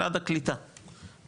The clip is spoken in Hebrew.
משרד הקליטה,